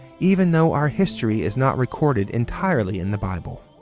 even though our history is not recorded entirely in the bible.